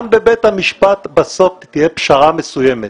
גם בבית המשפט בסוף תהיה פשרה מסוימת.